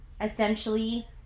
essentially